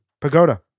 Pagoda